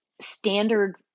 standard